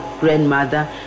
grandmother